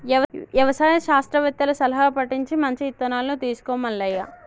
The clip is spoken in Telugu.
యవసాయ శాస్త్రవేత్తల సలహా పటించి మంచి ఇత్తనాలను తీసుకో మల్లయ్య